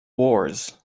wars